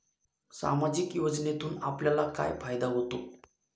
सामाजिक योजनेतून आपल्याला काय फायदा होतो?